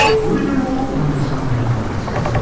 women are always on the side of morality,